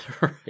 Right